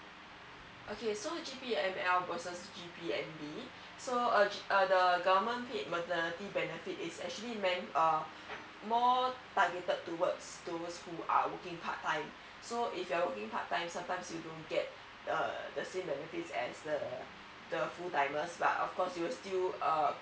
okay so G P M L versus G P M D so uh the government paid maternity benefit it's actually meant uh more targeted towards towards who are working part time so if you're working part time sometimes you don't get uh the same benefit as the the full timers but of course you will still uh